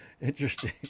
Interesting